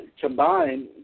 combined